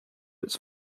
its